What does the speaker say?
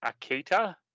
Akita